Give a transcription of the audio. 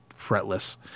fretless